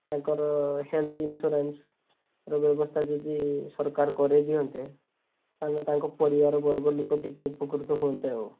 ତାଙ୍କର ହେଲ୍ଥ ଇନ୍ସୁରାନ୍ସ୍ର ବ୍ୟବସ୍ତା ଯଦି ସରକାର କରାଇ ଦିଅନ୍ତେ ତା'ହେଲେ ତାଙ୍କ ପରିବାରବର୍ଗ ଲୋକ ଟିକେ ଉପକୃତ ହୁଅନ୍ତେ ଆଉ